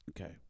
okay